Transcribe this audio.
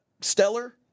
stellar